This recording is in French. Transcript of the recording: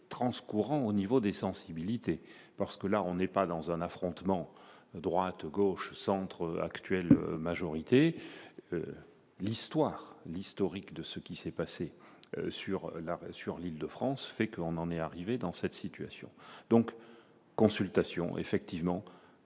transcourant au niveau des sensibilités parce que là on est pas dans un affrontement droite-gauche, centre actuelle majorité l'histoire l'historique de ce qui s'est passé sur l'arrêt sur l'Île-de-France fait que on en est arrivé dans cette situation donc consultation effectivement